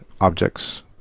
objects